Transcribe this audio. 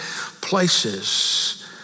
places